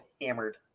hammered